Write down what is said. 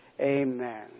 amen